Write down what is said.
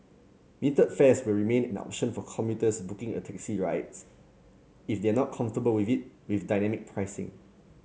metered fares will remain an option for commuters booking a taxi rides if they are not comfortable with it with dynamic pricing